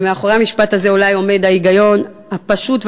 ומאחורי המשפט הזה אולי עומד ההיגיון הפשוט והנכון,